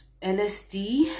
LSD